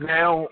Now